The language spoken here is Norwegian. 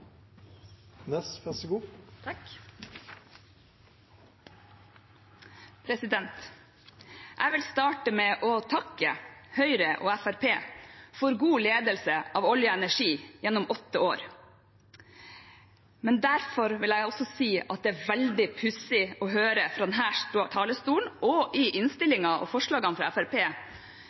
Jeg vil starte med å takke Høyre og Fremskrittspartiet for god ledelse av olje og energi gjennom åtte år. Derfor vil jeg også si at det er veldig pussig å høre fra denne talerstolen, og i innstillingen og forslagene fra